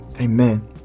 Amen